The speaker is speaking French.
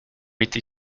été